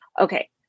okay